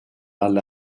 alle